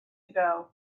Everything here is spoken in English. ago